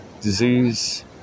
disease